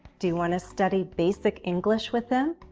do you want to study basic english with them?